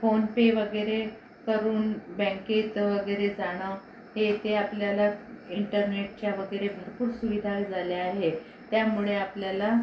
phone पे वगैरे करून बँकेत वगैरे जाणं हे ते आपल्याला इंटरनेटच्या वगैरे भरपूर सुविधा झाल्या आहे त्यामुळे आपल्याला